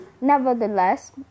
Nevertheless